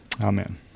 Amen